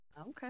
Okay